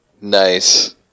Nice